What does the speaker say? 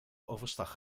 overstag